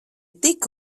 tik